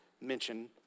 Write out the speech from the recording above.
mention